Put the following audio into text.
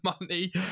money